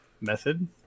method